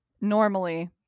normally